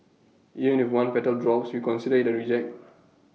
even if one petal drops we consider IT A reject